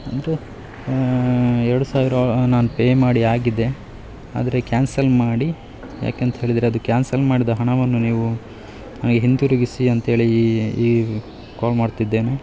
ಅಂದರೆ ಎರಡು ಸಾವಿರ ನಾನು ಪೇ ಮಾಡಿ ಆಗಿದೆ ಆದರೆ ಕ್ಯಾನ್ಸಲ್ ಮಾಡಿ ಯಾಕಂತೇಳಿದ್ರೆ ಅದು ಕ್ಯಾನ್ಸಲ್ ಮಾಡಿದ ಹಣವನ್ನು ನೀವು ನನಗೆ ಹಿಂತಿರುಗಿಸಿ ಅಂತೇಳಿ ಈ ಈ ಕಾಲ್ ಮಾಡ್ತಿದ್ದೇನೆ